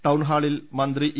ടൌൺഹാളിൽ മന്ത്രി ഇ